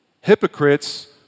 Hypocrites